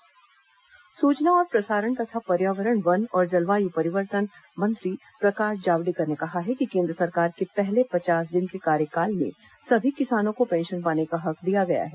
जावडेकर आकाशवाणी सूचना और प्रसारण तथा पर्यावरण वन और जलवायु परिवर्तन मंत्री प्रकाश जावडेकर ने कहा है कि केन्द्र सरकार के पहले पचास दिन के कार्यकाल में सभी किसानों को पेंशन पाने का हक दिया गया है